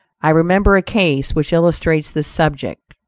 i remember a case which illustrates this subject.